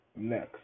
Next